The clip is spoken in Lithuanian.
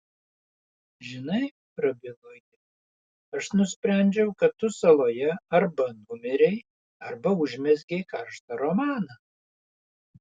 žinai prabilo ji aš nusprendžiau kad tu saloje arba numirei arba užmezgei karštą romaną